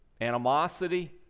animosity